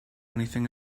anything